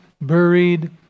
buried